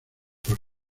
por